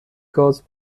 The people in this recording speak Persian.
گاز